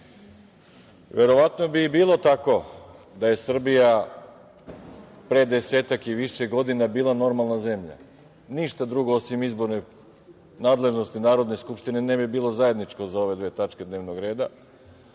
bi i bilo tako da je Srbija pre desetak i više godina bila normalna zemlja. Ništa drugo osim izborne nadležnosti Narodne skupštine ne bi bilo zajedničko za ove dve tačke dnevnog reda,